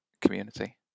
Community